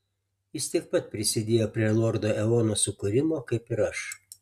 jis tiek pat prisidėjo prie lordo eono sukūrimo kaip ir aš